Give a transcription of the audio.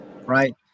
Right